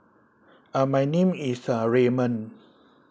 uh my name is uh raymond